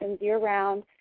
year-round